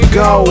go